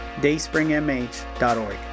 dayspringmh.org